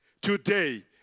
today